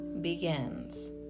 begins